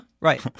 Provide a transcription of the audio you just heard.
right